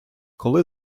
коли